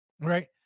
right